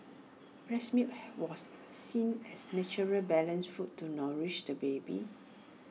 breast milk was seen as nature's balanced food to nourish the baby